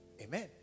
Amen